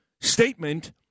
statement